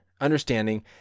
understanding